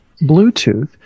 Bluetooth